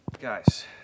Guys